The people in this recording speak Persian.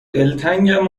دلتنگم